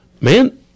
man